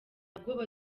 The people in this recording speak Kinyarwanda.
bwoba